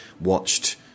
watched